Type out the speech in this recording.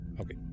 Okay